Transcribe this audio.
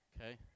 okay